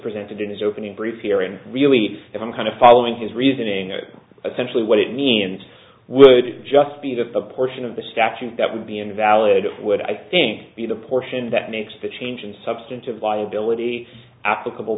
presented in his opening brief here and really if i'm kind of following his reasoning essentially what it means would just be that the portion of the statute that would be invalidated would i think be the portion that makes the change in substantive liability applicable